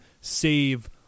save